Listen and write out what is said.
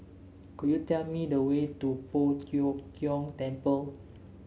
could you tell me the way to Poh Tiong Kiong Temple